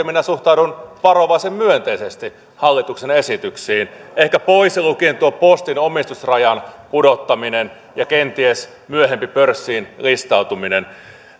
minä suhtaudun varovaisen myönteisesti hallituksen esityksiin ehkä pois lukien tuon postin omistusrajan pudottamisen ja kenties myöhemmän pörssiin listautumisen